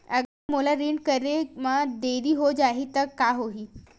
अगर मोला ऋण करे म देरी हो जाहि त का होही?